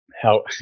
help